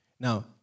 Now